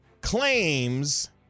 claims